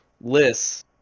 lists